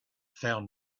found